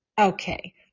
okay